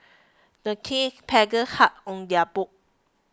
the team paddled hard on their boat